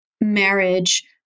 marriage